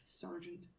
Sergeant